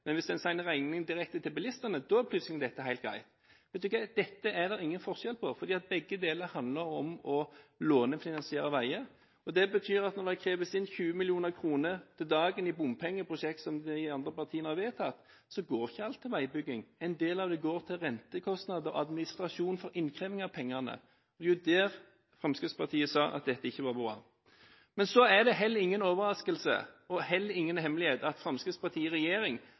Men hvis en sender regningen direkte til bilistene, er dette plutselig helt greit. Dette er det ingen forskjell på, for begge deler handler om å lånefinansiere veier. Det betyr at når det kreves inn 20 mill. kr om dagen til bompengeprosjekt som de andre partiene har vedtatt, går ikke alt til veibygging. En del av det går til rentekostnader og administrasjon for innkreving av pengene. Det var der Fremskrittspartiet sa at dette ikke …. Det er heller ingen overraskelse og ingen hemmelighet at Fremskrittspartiet i regjering